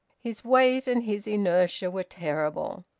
his weight and his inertia were terrible.